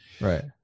Right